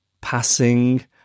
passing